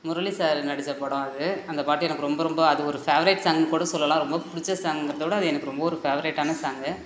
Murali sir நடித்த படம் அது அந்த பாட்டு எனக்கு ரொம்ப ரொம்ப அது ஒரு ஃபேவரெட் சாங்ன்னு கூட சொல்லலாம் ரொம்ப பிடிச்ச சாங்குறதைவிட அது எனக்கு ரொம்ப ஒரு ஃபேவரெட்டான சாங்கு